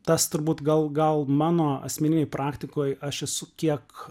tas turbūt gal gal mano asmeninėj praktikoj aš esu kiek